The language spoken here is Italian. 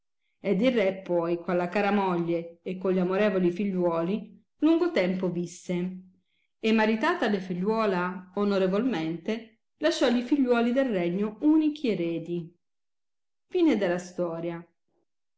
ed il re poi con la cara moglie e con gli amorevoli figliuoli lungo tempo visse e maritata la figliuola onorevolmente lascia i figliuoli del regno unichi eredi